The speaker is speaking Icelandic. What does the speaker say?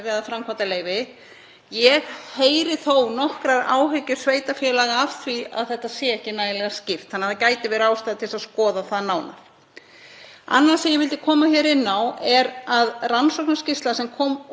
Annað sem ég vildi koma inn á er að rannsóknarskýrsla, sem kom út hjá Landbúnaðarháskóla Íslands í síðustu viku um langtímatap kolefnis í framræstu ræktarlandi,